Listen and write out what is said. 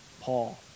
Paul